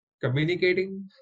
communicating